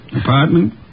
Apartment